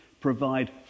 provide